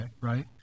right